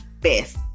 best